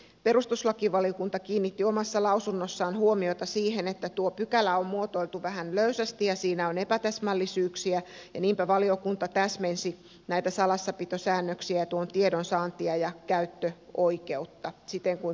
perustuslakivaliokunta kiinnitti omassa lausunnossaan huomiota siihen että tuo pykälä on muotoiltu vähän löysästi ja siinä on epätäsmällisyyksiä ja niinpä valiokunta täsmensi näitä salassapitosäännöksiä tuon tiedon saantia ja käyttöoikeutta siten kuin perustuslakivaliokunta toivoi